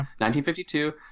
1952